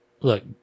Look